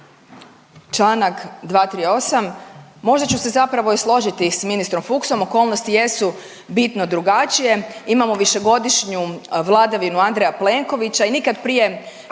Čl. 238., možda ću se zapravo i složiti s ministrom Fuchsom okolnosti jesu bitno drugačije, imamo višegodišnju vladavinu Andreja Plenkovića i nikad prije